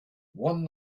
one